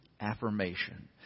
affirmation